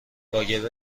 کاگب